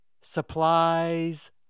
Supplies